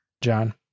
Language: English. John